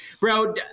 Bro –